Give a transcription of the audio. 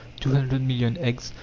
two hundred million eggs,